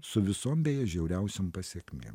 su visom beje žiauriausiom pasekmėm